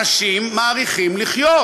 אנשים מאריכים לחיות.